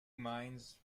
minds